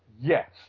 Yes